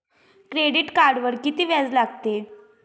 Credit कार्डवर किती व्याज लागते?